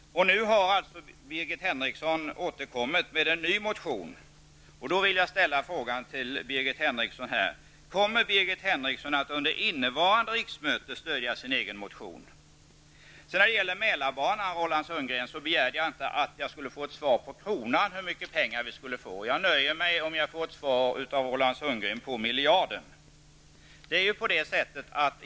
Nu har Birgit Henriksson återkommit med en ny motion. Jag vill därför fråga henne: Kommer Birger Henriksson under innevarande riksmöte att stödja sina egna motioner? När det gäller Mälarbanan begärde jag inte av Roland Sundgren att precis på kronan få svar på hur mycket pengar vi skulle få. Jag nöjer mig med om jag får ett svar från honom om ungefär hur många miljarder det handlar om.